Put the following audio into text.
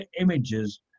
images